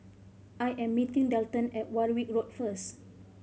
I am meeting Delton at Warwick Road first